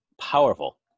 powerful